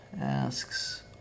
asks